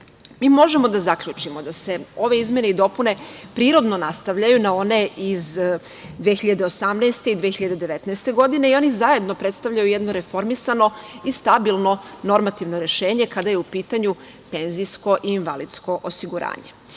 možemo da zaključimo da se ove izmene i dopune prirodno nastavljaju na one iz 2018. godine i 2019. godine i oni zajedno predstavljaju jedno reformisano i stabilno normativno rešenje, kada je u pitanju penzijsko i invalidsko osiguranje. Reforma